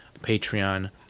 Patreon